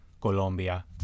colombia